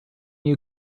you